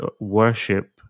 worship